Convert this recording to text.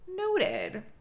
noted